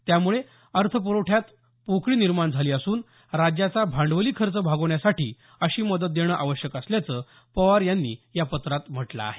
त्यामुळे अर्थ पुरवठ्यात पोकळी निर्माण झाली असून राज्याचा भांडवली खर्च भागवण्यासाठी अशी मदत देणं आवश्यक असल्याचं पवार यांनी या पत्रात म्हटलं आहे